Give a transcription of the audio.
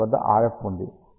మీకు 900